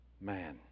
Man